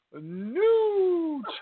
New